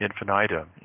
infinitum